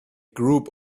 group